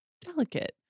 delicate